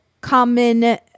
common